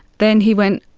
then, he went,